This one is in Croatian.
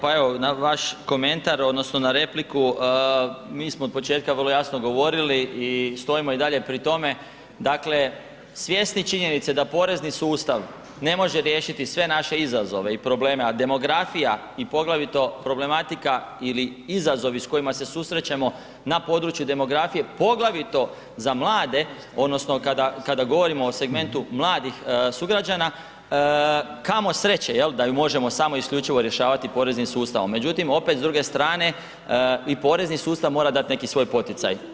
Pa evo na vaš komentar odnosno na repliku mi smo od početka vrlo jasno govorili i stojimo i dalje pri tome, dakle svjesni činjenice da porezni sustav ne može riješiti sve naše izazove i probleme, a demografija i poglavito problematika ili izazovi s kojima se susrećemo na području demografije, poglavito za mlade odnosno kada govorimo o segmentu mladih sugrađana kamo sreće jel, da ju možemo samo isključivo rješavati poreznim sustavom, međutim opet s druge strane i porezni sustav mora dat neki svoj poticaj.